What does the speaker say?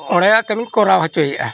ᱚᱸᱰᱮᱱᱟᱜ ᱠᱟᱹᱢᱤᱧ ᱠᱚᱨᱟᱣ ᱦᱚᱪᱚᱭᱮᱫᱼᱟ